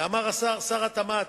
אמר שר התמ"ת,